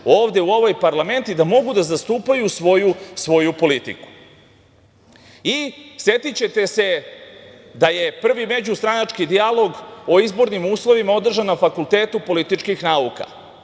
ovde u ovaj parlament i da mogu da zastupaju svoju politiku. Setićete se da je prvi međustranački dijalog o izbornim uslovima održan na Fakultetu političkih nauka.